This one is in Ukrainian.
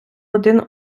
один